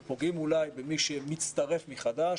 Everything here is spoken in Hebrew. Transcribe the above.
אנחנו פוגעים אולי במצטרף חדש,